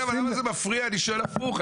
אני שואל הפוך.